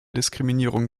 diskriminierung